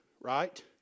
Right